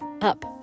up